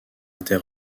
inter